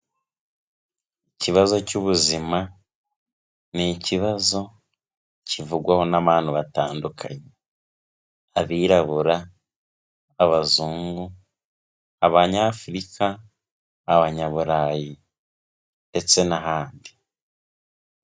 Ikibazo cy'ubuzima, ni ikibazo kivugwaho n'abantu batandukanye, abirabura, abazungu, abanyafurika, abanyaburayi, ndetse n'ahandi.